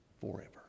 forever